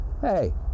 Hey